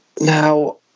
Now